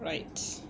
right